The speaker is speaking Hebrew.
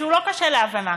שהוא לא קשה להבנה.